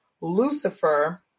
Lucifer